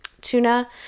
tuna